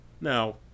Now